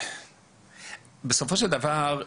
בסופו של דבר,